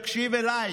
תקשיב אליי,